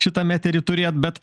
šitam etery turėt bet